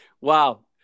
Wow